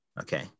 Okay